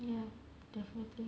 ya definitely